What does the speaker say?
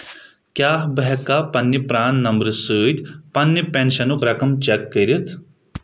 کیٛاہ بہٕ ہیٚکا پننہِ پران نمبر سۭتۍ پننہِ پنشنُک رقم چیک کٔرِتھ